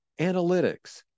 analytics